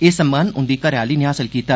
एह् सम्मान उंदी घरै आह्ली नै हासल कीता